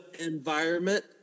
environment